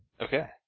Okay